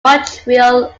montreal